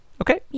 Okay